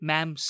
Ma'am